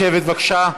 נא לשבת, בבקשה.